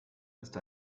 ist